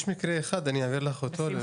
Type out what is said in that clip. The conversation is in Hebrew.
יש מקרה אחד, אני אעביר לך אותו.